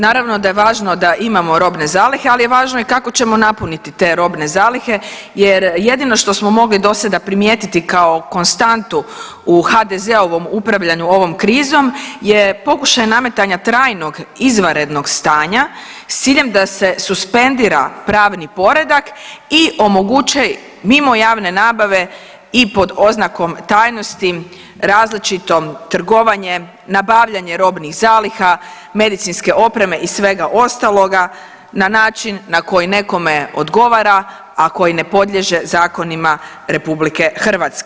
Naravno da je važno da imamo robne zalihe, al je važno i kako ćemo napuniti te robne zalihe jer jedino što smo mogli dosada primijetiti kao konstantu u HDZ-ovom upravljanju ovom krizom je pokušaj nametanja trajnog izvanrednog stanja s ciljem da se suspendira pravni poredak i omoguće mimo javne nabave i pod oznakom tajnosti različito trgovanje, nabavljanje robnih zaliha medicinske opreme i svega ostaloga na način na koji nekome odgovara, a koji ne podliježe zakonima RH.